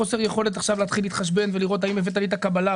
חוסר יכולת להתחיל להתחשבן ולראות האם הבאת לי את הקבלה.